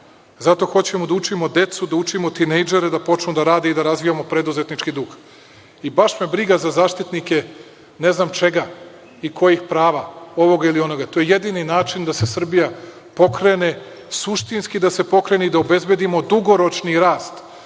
hoćemo da učimo decu, da učimo tinejdžere da počnu da rade i da razvijamo preduzetnički duh i baš me briga za zaštitnike, ne znam čega i kojih prava, ovoga ili onoga. To je jedini način da se Srbija pokrene, suštinski da se pokrene i da obezbedimo dugoročni rast,